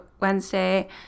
Wednesday